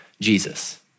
Jesus